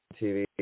TV